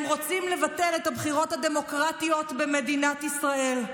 הם רוצים לבטל את הבחירות הדמוקרטיות במדינת ישראל.